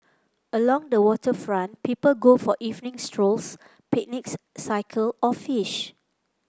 along the waterfront people go for evening strolls picnics cycle or fish